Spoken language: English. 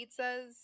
pizzas